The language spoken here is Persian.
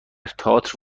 تئاتر